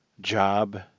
job